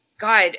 God